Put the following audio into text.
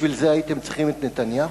בשביל זה הייתם צריכים את נתניהו?